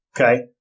okay